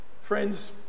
Friends